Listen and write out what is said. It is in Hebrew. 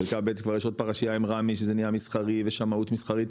חלקה ב' זה כבר יש עוד פרשייה עם רמ"י שזה נהיה מסחרי ושמאות מסחרית,